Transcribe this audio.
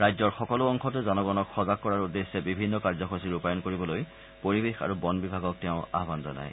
ৰাজ্যৰ সকলো অংশতে জনগণক সজাগ কৰাৰ উদ্দেশ্যে বিভিন্ন কাৰ্যসূচী ৰূপায়ন কৰিবলৈ পৰিবেশ আৰু বন বিভাগক তেওঁ আহ্বান জনায়